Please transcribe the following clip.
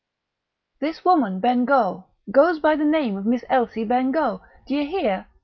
this woman bengough. goes by the name of miss elsie bengough. d'ye hear?